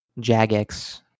Jagex